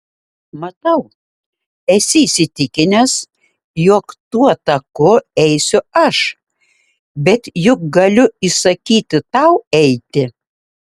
matau esi įsitikinęs jog tuo taku eisiu aš bet juk galiu įsakyti tau eiti